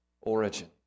origin